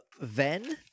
Ven